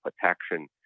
protection